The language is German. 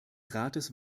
rates